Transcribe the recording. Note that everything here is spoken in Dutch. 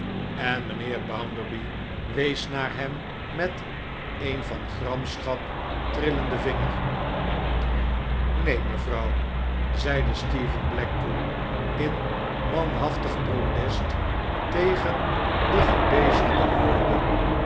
en mijnheer bounderby wees naar hem met een van gramschap trillenden vinger neen mevrouw zeide stephen blackpool in manhaftig protest tegen de gebezigde woorden